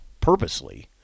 purposely